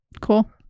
Cool